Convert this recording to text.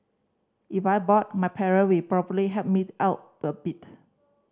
if I bought my parent will probably help me out a bit